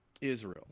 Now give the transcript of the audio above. Israel